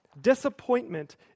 Disappointment